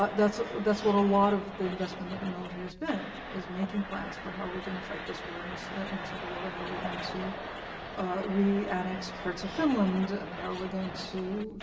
ah that's that's what a lot of the investment of the military has been, is making plans for how are we going to fight this war and this and this other war? how are we going to re-annex parts of finland, and how are we going to